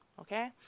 Okay